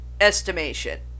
estimation